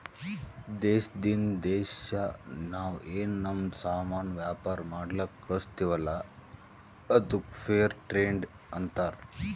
ದೇಶದಿಂದ್ ದೇಶಾ ನಾವ್ ಏನ್ ನಮ್ದು ಸಾಮಾನ್ ವ್ಯಾಪಾರ ಮಾಡ್ಲಕ್ ಕಳುಸ್ತಿವಲ್ಲ ಅದ್ದುಕ್ ಫೇರ್ ಟ್ರೇಡ್ ಅಂತಾರ